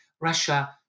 Russia